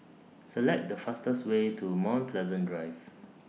Select The fastest Way to Mount Pleasant Drive